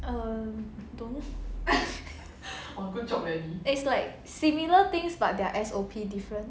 um don't know it's like similar things but their S_O_P different